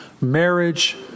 marriage